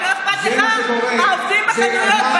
ולא אכפת לך מהעובדים בחנויות,